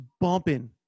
bumping